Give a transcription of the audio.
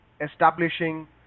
establishing